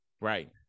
Right